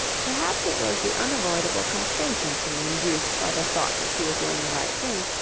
perhaps it was the unavoidable complacency induced by the thought that she was doing the right thing,